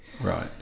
Right